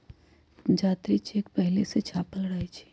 जात्री चेक पहिले से छापल रहै छइ